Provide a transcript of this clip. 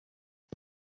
twe